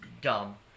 dumb